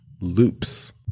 loops